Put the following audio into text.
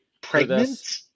pregnant